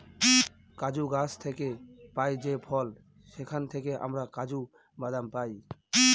কাজু গাছ থেকে পাই যে ফল সেখান থেকে আমরা কাজু বাদাম পাই